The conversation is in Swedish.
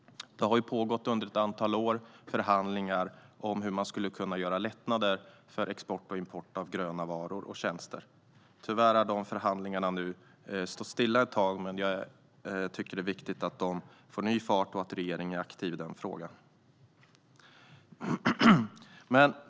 Det har under ett antal år pågått förhandlingar om hur man skulle kunna göra lättnader för export och import av gröna varor och tjänster. Tyvärr har de förhandlingarna nu stått stilla ett tag. Det viktigt att de får ny fart och att regeringen är aktiv i den frågan.